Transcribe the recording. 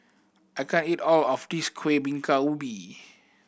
I can't eat all of this Kueh Bingka Ubi